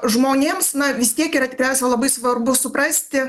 žmonėms na vis tiek yra tikriausia labai svarbu suprasti